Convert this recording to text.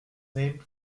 named